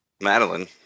Madeline